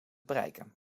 bereiken